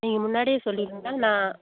நீங்கள் முன்னாடியே சொல்லிருந்தால் நான்